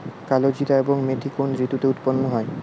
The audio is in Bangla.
কালোজিরা এবং মেথি কোন ঋতুতে উৎপন্ন হয়?